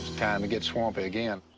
time to get swampy again.